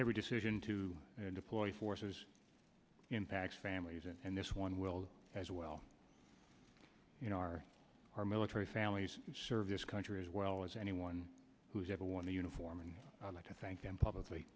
every decision to deploy forces impacts families and this one will as well you know our our military families serve this country as well as anyone who's ever worn the uniform and i'd like to thank them publicly